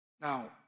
Now